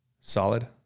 solid